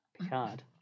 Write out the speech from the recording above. Picard